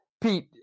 Pete